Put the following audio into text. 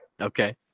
Okay